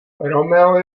romeo